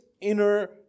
inner